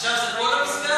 עכשיו זה כל המסגד?